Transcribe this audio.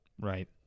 Right